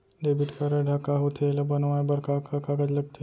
Debit card ह का होथे एला बनवाए बर का का कागज लगथे?